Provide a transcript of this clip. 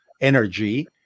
energy